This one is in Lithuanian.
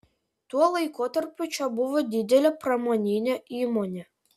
tuo laikotarpiu čia buvo didelė pramoninė įmonė